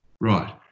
Right